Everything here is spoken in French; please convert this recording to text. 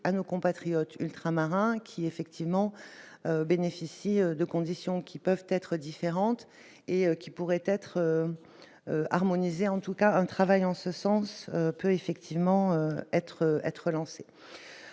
à nos compatriotes ultramarins qui effectivement bénéficient de conditions qui peuvent être différentes et qui pourraient être harmonisés en tout cas un travail en ce sens, peut effectivement être être